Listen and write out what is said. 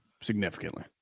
Significantly